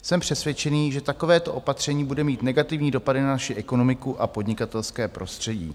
Jsem přesvědčen, že takovéto opatření bude mít negativní dopady na naši ekonomiku a podnikatelské prostředí.